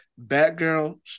Batgirl